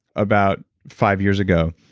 about five years ago,